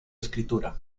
escritura